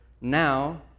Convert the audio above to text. now